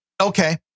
okay